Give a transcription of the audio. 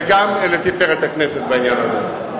וגם לתפארת הכנסת בעניין הזה.